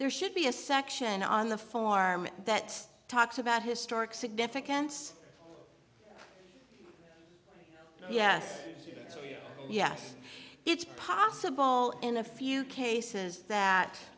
there should be a section on the farm that talks about historic significance yes yes it's possible in a few cases that